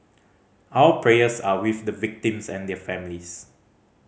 our prayers are with the victims and their families